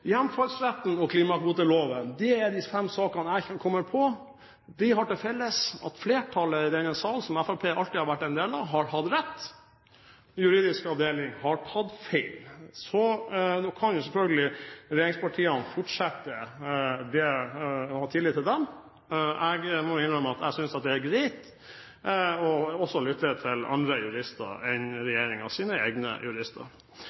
hjemfallsretten og klimakvoteloven. Det er de fem sakene jeg kommer på. De har det til felles at flertallet i denne sal, som Fremskrittspartiet alltid har vært en del av, har hatt rett – juridisk avdeling har tatt feil. Så kan selvfølgelig regjeringspartiene fortsette å ha tillit til dem. Jeg må innrømme at jeg synes det er greit også å lytte til andre jurister enn regjeringens egne jurister.